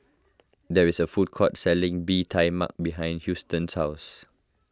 there is a food court selling Bee Tai Mak behind Houston's house